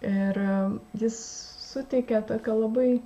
ir jis suteikė tokią labai